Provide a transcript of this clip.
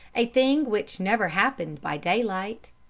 a thing which never happened by daylight.